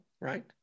right